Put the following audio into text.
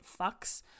fucks